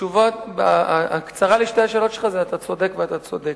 התשובה הקצרה לשתי השאלות שלך היא: אתה צודק ואתה צודק,